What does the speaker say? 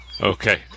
Okay